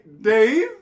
dave